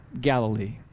Galilee